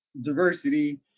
diversity